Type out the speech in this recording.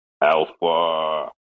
Alpha